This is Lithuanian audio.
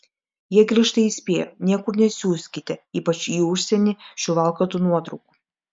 jie griežtai įspėjo niekur nesiųskite ypač į užsienį šių valkatų nuotraukų